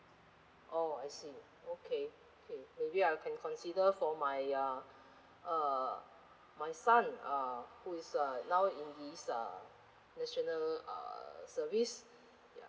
oh I see okay okay maybe I can consider for my uh uh my son uh who is uh now in this uh national uh service ya